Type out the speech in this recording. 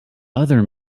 other